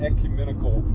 Ecumenical